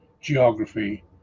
geography